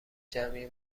جمعی